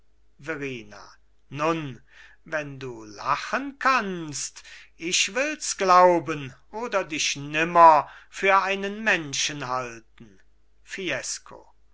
nun wenn du lachen kannst ich wills glauben oder dich nimmer für einen menschen halten